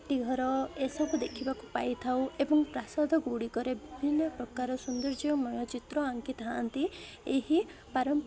ମାଟିଘର ଏସବୁ ଦେଖିବାକୁ ପାଇଥାଉ ଏବଂ ପ୍ରାସାଦ ଗୁଡ଼ିକରେ ବିଭିନ୍ନ ପ୍ରକାର ସୌନ୍ଦର୍ଯ୍ୟମୟ ଚିତ୍ର ଆଙ୍କିଥାନ୍ତି ଏହି ପାର